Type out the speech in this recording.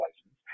license